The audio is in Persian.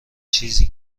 چیزی